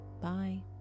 Bye